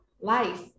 life